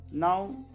Now